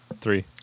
three